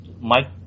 Mike